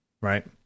right